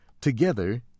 Together